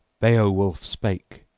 beowulf spake,